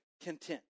content